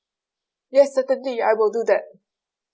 yes certainly I will do that